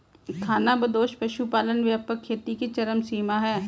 खानाबदोश पशुपालन व्यापक खेती की चरम सीमा है